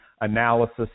analysis